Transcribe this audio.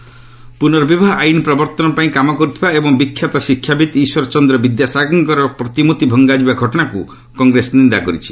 କଂଗ୍ରେସ ପୁର୍ନବିବାହ ଆଇନ୍ ପ୍ରବର୍ତ୍ତନ ପାଇଁ କାମ କରିଥିବା ଏବଂ ବିଖ୍ୟାତ ଶିକ୍ଷାବିତ୍ ଇଶ୍ୱରଚନ୍ଦ୍ର ବିଦ୍ୟାସାଗରଙ୍କର ପ୍ରତିମୂର୍ତ୍ତି ଭଙ୍ଗାଯିବା ଘଟଣାକୁ କଂଗ୍ରେସ ନିନ୍ଦା କରିଛି